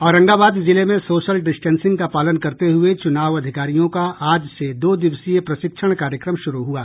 औरंगाबाद जिले में social distancing का पालन करते हुए चूनाव अधिकारियों का आज से दो दिवसीय प्रशिक्षण कार्यक्रम शुरू हुआ